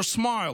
your smile,